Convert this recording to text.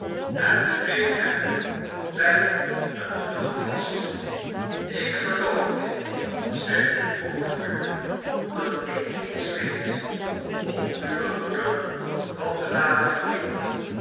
en greep hem bij een knoop vast ik geloof kit zeide de procureur dat ik iets weet om uwe moeder wat telaten verdienen